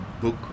book